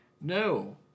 No